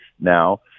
now